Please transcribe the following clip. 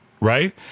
right